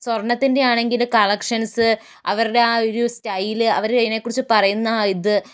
സ്വർണത്തിൻറെ ആണെങ്കിൽ കളക്ഷൻസ് അവരുടെ ആ ഒരു സ്റ്റൈല് അവര് അതിനെ കുറിച്ച് പറയുന്ന ആ ഇത്